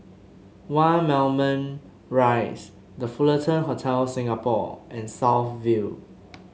One Moulmein Rise The Fullerton Hotel Singapore and South View